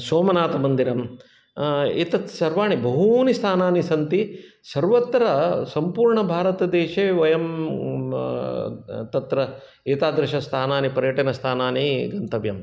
सोमनाथमन्दिरम् एतत् सर्वाणि बहूनि स्थानानि सन्ति सर्वत्र सम्पूर्णभारतदेशे वयं तत्र एतादृशस्थानानि पर्यटनस्थानानि गन्तव्यम्